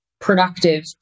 productive